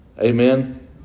Amen